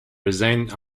resign